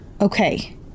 Okay